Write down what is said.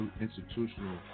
Institutional